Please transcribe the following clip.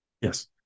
yes